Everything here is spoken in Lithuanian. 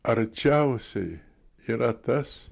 arčiausiai yra tas